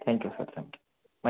thank you sir thank you bye